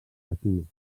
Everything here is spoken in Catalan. aquí